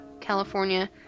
California